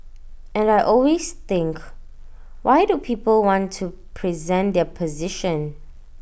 and I always think why do people want to present their position